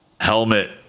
helmet